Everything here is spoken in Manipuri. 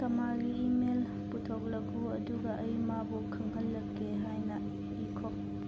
ꯀꯃꯜꯒꯤ ꯏꯃꯦꯜ ꯄꯨꯊꯣꯛꯂꯛꯎ ꯑꯗꯨꯒ ꯑꯩ ꯃꯥꯕꯨ ꯈꯪꯍꯜꯂꯛꯀꯦ ꯍꯥꯏꯅ ꯏꯈꯣ